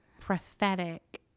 prophetic